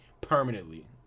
permanently